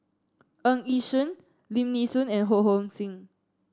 Ng Yi Sheng Lim Nee Soon and Ho Hong Sing